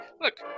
Look